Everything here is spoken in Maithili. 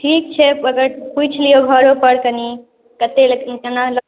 ठीक छै पुछि लिऔ घरोपर कनि कतेक लेथिन कोना